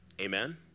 Amen